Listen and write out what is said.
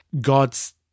God's